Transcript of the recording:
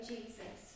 Jesus